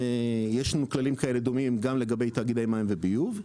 יש לנו כללים כאלה דומים גם לגבי תאגידי מים וביוב.